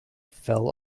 fell